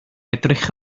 edrych